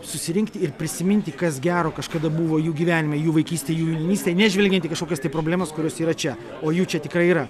susirinkti ir prisiminti kas gero kažkada buvo jų gyvenime jų vaikystėj jų jaunystėj nežvelgiant į kažkokias tai problemas kurios yra čia o jų čia tikrai yra